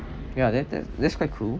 yeah that that that's quite cool